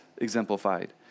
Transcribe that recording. Exemplified